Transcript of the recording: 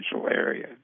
area